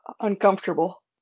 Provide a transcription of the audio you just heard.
uncomfortable